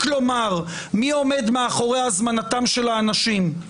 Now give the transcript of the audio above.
לומר מי עומד מאחורי הזמנתם של האנשים,